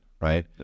right